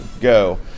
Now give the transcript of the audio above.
go